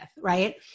right